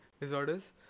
disorders